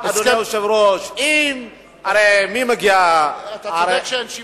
מחר, אדוני היושב-ראש, אתה צודק שאין שוויוניות.